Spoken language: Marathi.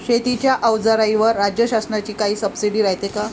शेतीच्या अवजाराईवर राज्य शासनाची काई सबसीडी रायते का?